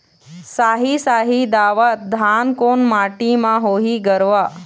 साही शाही दावत धान कोन माटी म होही गरवा?